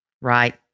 Right